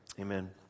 Amen